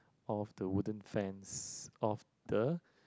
of the wooden fence of the